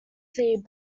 see